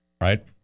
right